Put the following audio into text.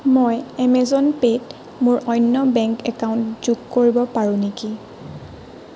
মই এমেজন পে'ত মোৰ অন্য বেংক একাউণ্ট যোগ কৰিব পাৰোঁ নেকি